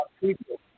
People